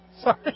Sorry